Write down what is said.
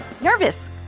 Nervous